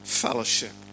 fellowship